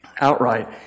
outright